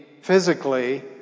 physically